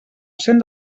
cent